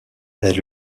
est